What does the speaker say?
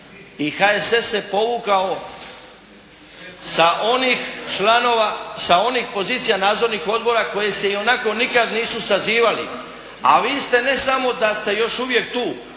i HSS se povukao sa onih pozicija nadzornih odbora koji se ionako nikad nisu sazivali, a vi ste ne samo da ste još uvijek tu,